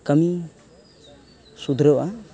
ᱠᱟᱹᱢᱤ ᱥᱩᱫᱷᱨᱟᱹᱜᱼᱟ